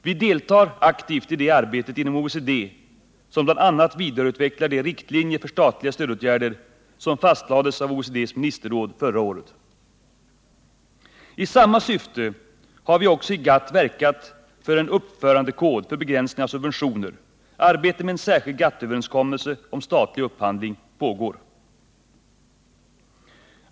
Vi deltar aktivt i det arbete inom OECD som bl.a. vidareutvecklar de riktlinjer för statliga stödåtgärder som fastlades av OECD:s ministerråd förra året. I samma syfte har vi också i GATT verkat för en uppförandekod för begränsning av subventioner. Arbete med en särskild GATT-överenskommelse om statlig upphandling pågår.